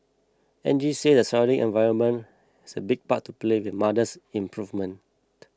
Angie said the surrounding environment has a big part to play in mother's improvement